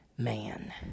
Man